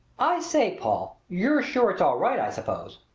i say, paul, you're sure it's all right, i suppose?